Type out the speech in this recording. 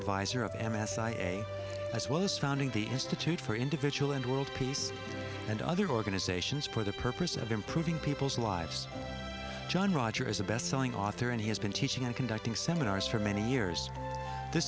advisor of m s i e a as well as founding the institute for individual and world peace and other organizations put the purpose of improving people's lives john roger is a bestselling author and he has been teaching and conducting seminars for many years th